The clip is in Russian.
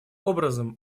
образом